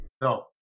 No